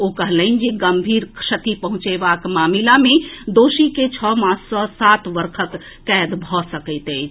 ओ कहलनि जे गंभीर क्षति पहुंचएबाक मामिला मे दोषी के छओ मास सॅ सात वर्षक कैद भऽ सकैत अछि